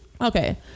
Okay